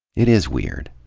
it is weird.